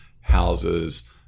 houses